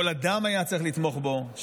כל אדם היה צריך לתמוך בו,